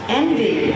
envy